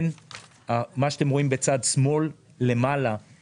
מה שאתם רואים בצד שמאל למעלה,